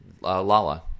Lala